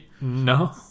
no